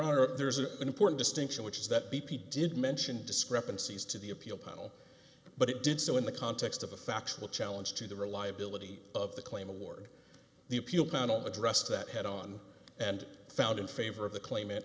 are there's an important distinction which is that b p did mention discrepancies to the appeal panel but it did so in the context of a factual challenge to the reliability of the claim award the appeal panel addressed that head on and found in favor of the claima